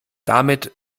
damit